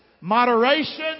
moderation